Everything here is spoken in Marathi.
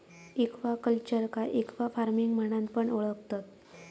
एक्वाकल्चरका एक्वाफार्मिंग म्हणान पण ओळखतत